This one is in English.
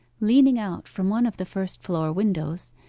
leaning out from one of the first-floor windows,